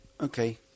Okay